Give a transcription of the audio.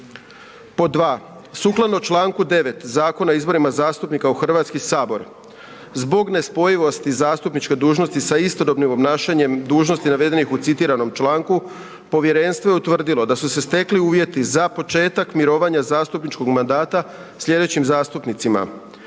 2. Sukladno čl. 9. Zakona o izborima zastupnika u Hrvatski sabor zbog nespojivosti zastupničke dužnosti sa istodobnim obnašanjem dužnosti navedenih u citiranom članku povjerenstvo je utvrdilo da su se stekli uvjeti za početak mirovina zastupničkog mandata sljedećim zastupnicima: